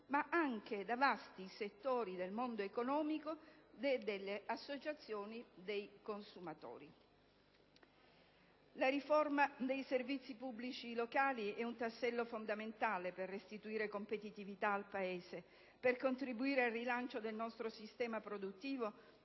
nonché da vasti settori del mondo economico e delle associazioni dei consumatori. La riforma dei servizi pubblici locali è un tassello fondamentale per restituire competitività al Paese, per contribuire al rilancio del nostro sistema produttivo